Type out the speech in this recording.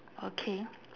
okay